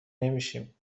نمیشیم